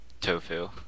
Tofu